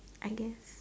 I guess